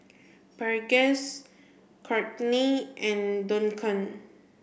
Burgess Courtney and Duncan